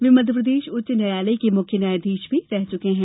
वे मध्यप्रदेश उच्च न्यायालय के मुख्य न्यायाधीश भी रह चुके है